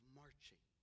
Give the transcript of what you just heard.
marching